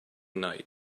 night